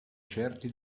certi